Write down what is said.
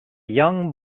young